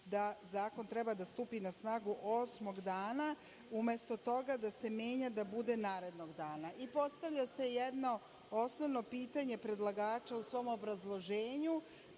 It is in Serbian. da zakon treba da stupi na snagu osmog dana, umesto toga da se menja, da bude narednog dana. I postavlja se jedno osnovno pitanje predlagača u svom obrazloženju